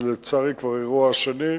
לצערי, כבר אירוע שני,